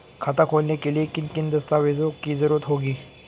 खाता खोलने के लिए किन किन दस्तावेजों की जरूरत होगी?